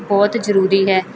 ਬਹੁਤ ਜ਼ਰੂਰੀ ਹੈ